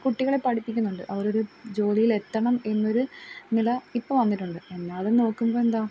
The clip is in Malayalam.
കുട്ടികളെ പഠിപ്പിക്കുന്നുണ്ട് അവർ ഒരു ജോലിയിൽ എത്തണം എന്നൊരു നില ഇപ്പം വന്നിട്ടുണ്ട് എന്നാലും നോക്കുമ്പം എന്താണ്